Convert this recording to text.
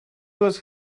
was